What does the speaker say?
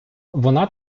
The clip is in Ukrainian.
вона